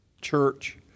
Church